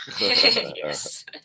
yes